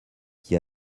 qui